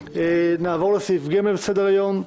נעבור לסעיף השלישי בסדר היום: